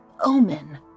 omen